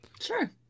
Sure